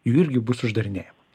jų irgį bus uždarinėjama